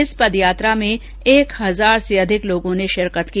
इस पदयात्रा में एक हजार से अधिक लोगों ने शिरकत की